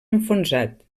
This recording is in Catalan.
enfonsat